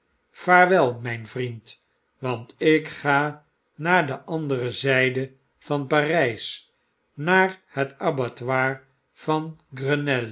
vaarwel mijn vriend want ik ga naar de andere zyde van parijs naar het abattoir van